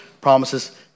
promises